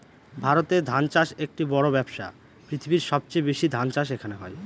ভারতে ধান চাষ একটি বড়ো ব্যবসা, পৃথিবীর সবচেয়ে বেশি ধান চাষ এখানে হয়